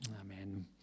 Amen